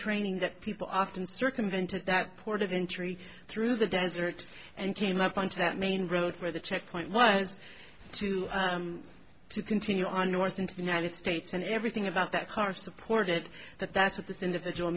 training that people often circumvented that port of entry through the desert and came up onto that main road where the checkpoint was to continue on north into the united states and everything about that car supported that that's what this individual